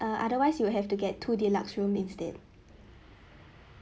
err otherwise you will have to get two deluxe room instead